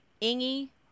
Ingy